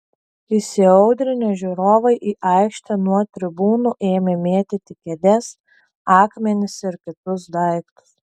įsiaudrinę žiūrovai į aikštę nuo tribūnų ėmė mėtyti kėdes akmenis ir kitus daiktus